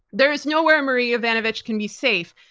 there is nowhere marie yovanovitch can be safe,